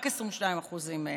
רק 22% מהם,